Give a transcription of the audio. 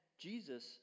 Jesus